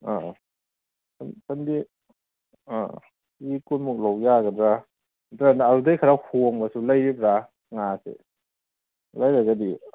ꯑꯥ ꯁꯟꯗꯦ ꯑꯥ ꯀꯦꯖꯤ ꯀꯨꯟꯃꯨꯛ ꯂꯧ ꯌꯥꯒꯗ꯭ꯔꯥ ꯅꯠꯇ꯭ꯔꯒꯅ ꯑꯗꯨꯗꯩ ꯈꯔ ꯍꯣꯡꯕꯁꯨ ꯂꯩꯒꯗ꯭ꯔꯥ ꯉꯥꯁꯦ ꯂꯩꯔꯒꯗꯤ